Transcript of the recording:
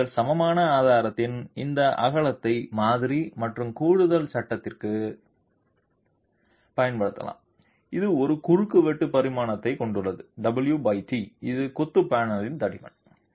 பின்னர் நீங்கள் சமமான ஆதாரத்தின் இந்த அகலத்தை மாதிரி மற்றும் கூடுதல் சட்டத்திற்கு பயன்படுத்தலாம் இது ஒரு குறுக்கு வெட்டு பரிமாணத்தைக் கொண்டுள்ளது wt இது கொத்து பேனலின் தடிமன்